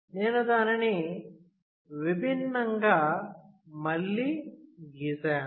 నేను దానిని విభిన్నంగా మళ్లీ గీసాను